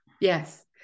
yes